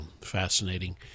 fascinating